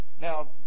Now